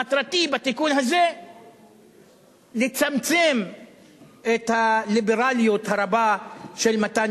מטרתי בתיקון הזה לצמצם את הליברליות הרבה של מתן